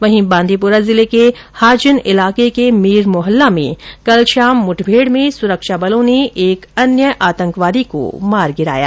वहीं बांदीपोरा जिले के हाजिन इलाके के मीर मोहल्ला में कल शाम मुठभेड़ में सुरक्षा बलों ने एक अन्य आतंकवादी को मार गिराया